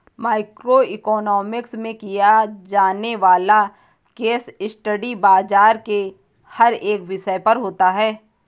micro economics में किया जाने वाला केस स्टडी बाजार के हर एक विषय पर होता है